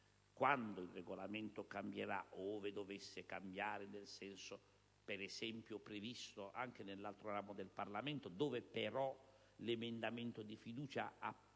Quando il Regolamento cambierà, ove dovesse cambiare nel senso, per esempio, previsto anche nell'altro ramo del Parlamento, (dove il testo su cui viene